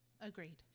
Agreed